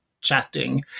chatting